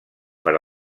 per